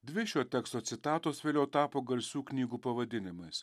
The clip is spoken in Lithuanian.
dvi šio teksto citatos vėliau tapo garsių knygų pavadinimais